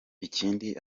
ikindi